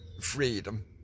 freedom